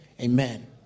Amen